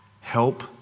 help